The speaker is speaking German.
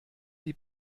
die